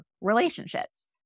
relationships